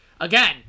again